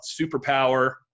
Superpower